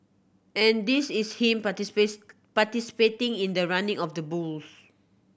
and this is him participating in the running of the bulls